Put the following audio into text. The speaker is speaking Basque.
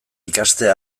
ikastea